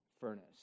furnace